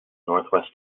northwest